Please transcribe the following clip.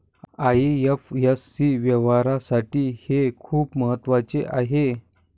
IFSC व्यवहारासाठी हे खूप महत्वाचे आहे